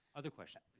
other questions?